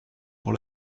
pour